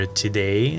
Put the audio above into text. today